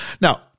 Now